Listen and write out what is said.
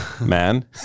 man